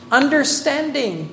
understanding